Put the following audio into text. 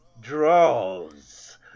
Draws